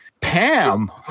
Pam